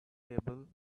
table